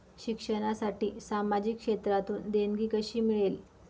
शिक्षणासाठी सामाजिक क्षेत्रातून देणगी कशी मिळेल?